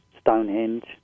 Stonehenge